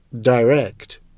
direct